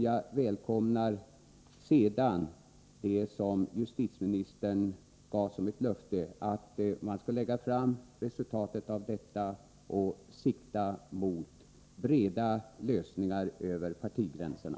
Jag välkomnar sedan det som justitieministern framförde som ett löfte — att man skall lägga fram resultatet och sikta mot breda lösningar över partigränserna.